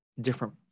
different